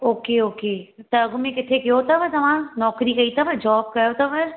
okay okay त अॻुमें किथे कयो अथव तव्हां नौकरी कई अथव जॉब कयो अथव